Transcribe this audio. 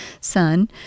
son